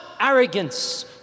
arrogance